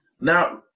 now